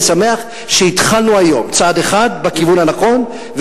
אני שמח שהתחלנו היום צעד אחד בכיוון הנכון,